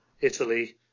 Italy